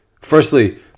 Firstly